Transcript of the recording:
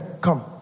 come